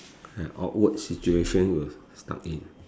an awkward situation you were stuck in